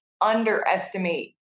underestimate